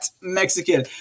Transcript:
Mexican